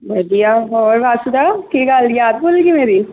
ਵਧੀਆ ਹੋਰ ਬਾਸੁਦਾ ਕੀ ਗੱਲ ਯਾਦ ਭੁੱਲ ਗਈ ਮੇਰੀ